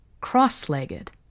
cross-legged